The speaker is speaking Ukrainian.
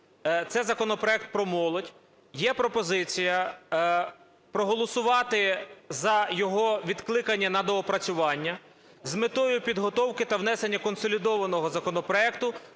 це законопроект про молодь. Є пропозиція проголосувати за його відкликання на доопрацювання з метою підготовки та внесення консолідованого законопроекту